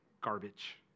garbage